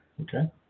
Okay